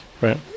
right